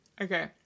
Okay